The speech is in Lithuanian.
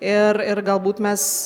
ir ir galbūt mes